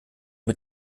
mit